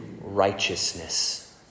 righteousness